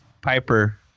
Piper